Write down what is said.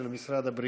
של משרד הבריאות.